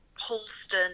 Halston